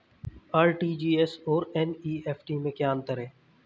RTGS और NEFT में क्या अंतर है?